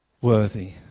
worthy